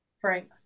Frank